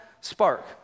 spark